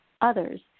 others